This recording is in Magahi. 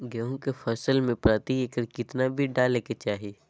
गेहूं के फसल में प्रति एकड़ कितना बीज डाले के चाहि?